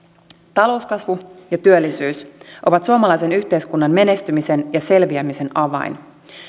talouskasvu ja työllisyys ovat suomalaisen yhteiskunnan menestymisen ja selviämisen avain